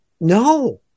no